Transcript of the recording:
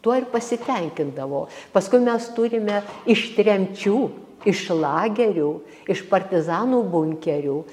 tuo ir pasitenkindavo paskui mes turime iš tremčių iš lagerių iš partizanų bunkerių